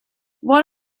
what